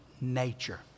nature